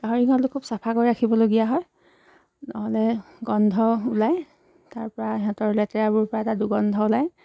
গাহৰি গঁৰালটো খুব চাফা কৰি ৰাখিবলগীয়া হয় নহ'লে গোন্ধ ওলায় তাৰপৰা সিহঁতৰ লেতেৰাবোৰপৰা এটা দুৰ্গন্ধ ওলায়